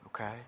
okay